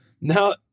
now